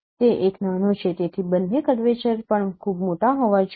તેથી બંને કર્વેચર પણ ખૂબ મોટા હોવા જોઈએ